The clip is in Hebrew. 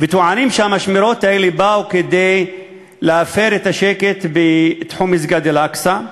טוענים שהמשמרות האלה באו להפר את השקט בתחום מסגד אל-אקצא,